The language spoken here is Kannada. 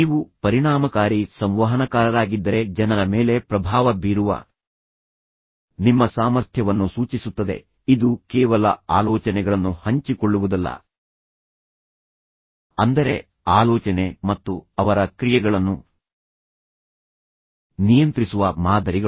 ನೀವು ಪರಿಣಾಮಕಾರಿ ಸಂವಹನಕಾರರಾಗಿದ್ದರೆ ಜನರ ಮೇಲೆ ಪ್ರಭಾವ ಬೀರುವ ನಿಮ್ಮ ಸಾಮರ್ಥ್ಯವನ್ನು ಸೂಚಿಸುತ್ತದೆ ಇದು ಕೇವಲ ಆಲೋಚನೆಗಳನ್ನು ಹಂಚಿಕೊಳ್ಳುವುದಲ್ಲ ಅಂದರೆ ಆಲೋಚನೆ ಮತ್ತು ಅವರ ಕ್ರಿಯೆಗಳನ್ನು ನಿಯಂತ್ರಿಸುವ ಮಾದರಿಗಳು